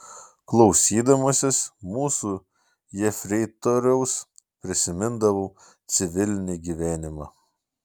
klausydamasis mūsų jefreitoriaus prisimindavau civilinį gyvenimą